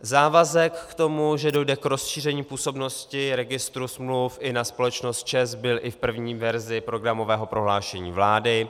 Závazek k tomu, že dojde k rozšíření působnosti registru smluv i na společnost ČEZ, byl i v první verzi programového prohlášení vlády.